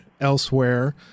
elsewhere